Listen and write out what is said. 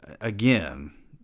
Again